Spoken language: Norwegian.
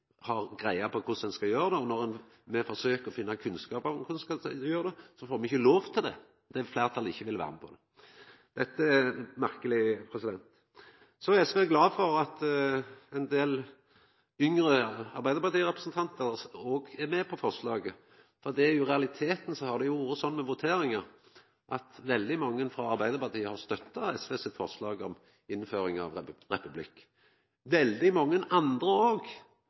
har greie på korleis ein skal gjera det, og når me forsøker å finna kunnskap om korleis ein skal gjera det, får me ikkje lov til det – fleirtalet vil ikkje vera med på det. Det er merkeleg. Så er SV glad for at ein del yngre arbeidarpartirepresentantar òg er med på forslaget, for i realiteten har det vore sånn ved voteringar at veldig mange frå Arbeidarpartiet har støtta SV sitt forslag om innføring av republikk. Veldig mange andre